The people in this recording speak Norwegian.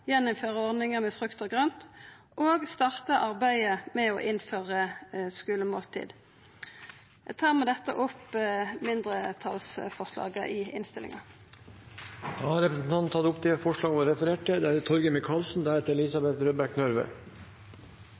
med frukt og grønt igjen og starta arbeidet med å innføra skulemåltid. Eg tar med dette opp forslaget frå Senterpartiet i innstillinga. Representanten Kjersti Toppe har tatt opp det forslaget hun refererte til.